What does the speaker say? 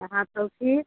हाँ तो फिर